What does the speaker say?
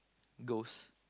ghost